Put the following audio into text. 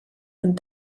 and